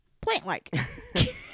Plant-like